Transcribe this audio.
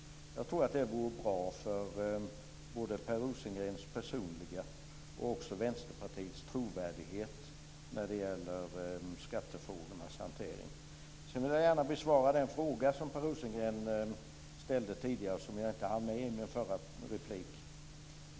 Jag tror att det vore bra för både Per Rosengrens personliga och Vänsterpartiets trovärdighet när det gäller skattefrågornas hantering. Jag vill gärna besvara den fråga som Per Rosengren ställde tidigare och som jag inte hann besvara i min förra replik.